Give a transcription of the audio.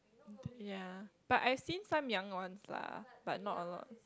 ya but I've seen some young ones lah but not a lot